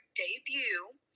debut